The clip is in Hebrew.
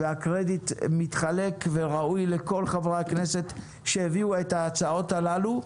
והקרדיט מתחלק וראוי לכל חברי הכנסת שהביאו את ההצעות הללו.